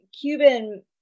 Cuban